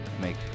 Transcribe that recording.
make